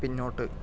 പിന്നോട്ട്